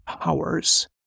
powers